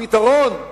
הפתרון,